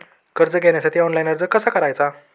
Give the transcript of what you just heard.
कर्ज घेण्यासाठी ऑनलाइन अर्ज कसा करायचा?